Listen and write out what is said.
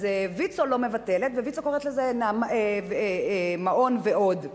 ויצו לא מבטלת, וויצו קוראת לזה "מעון ועוד".